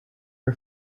her